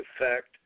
effect